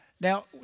Now